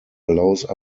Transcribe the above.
allows